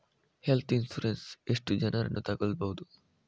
Health insurance ಎಷ್ಟು ಜನರನ್ನು ತಗೊಳ್ಬಹುದು?